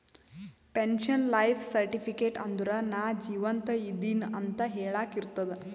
pension life certificate ಅಂದುರ್ ನಾ ಜೀವಂತ ಇದ್ದಿನ್ ಅಂತ ಹೆಳಾಕ್ ಇರ್ತುದ್